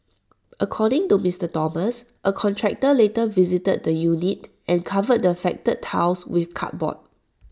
according to Mister Thomas A contractor later visited the unit and covered the affected tiles with cardboard